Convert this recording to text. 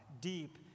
deep